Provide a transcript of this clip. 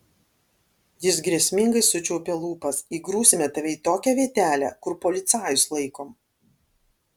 jis grėsmingai sučiaupė lūpas įgrūsime tave į tokią vietelę kur policajus laikom